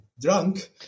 drunk